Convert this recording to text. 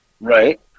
Right